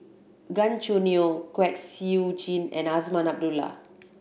Gan Choo Neo Kwek Siew Jin and Azman Abdullah